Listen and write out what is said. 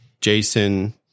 Jason